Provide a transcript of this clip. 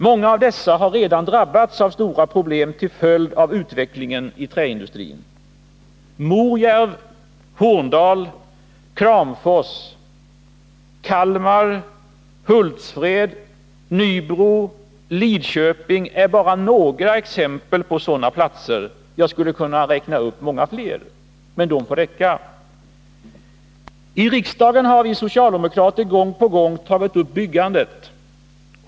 Många av dessa har redan drabbats av stora problem till följd av utvecklingen i träindustrin. Morjärv, Horndal, Kramfors, Kalmar, Hultsfred, Nybro och Lidköping är bara några exempel på sådana platser. Jag skulle kunna räkna upp många fler, men dessa får räcka. I riksdagen har vi socialdemokrater gång på gång tagit upp byggandet.